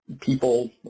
people